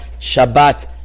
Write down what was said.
Shabbat